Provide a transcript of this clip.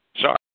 sorry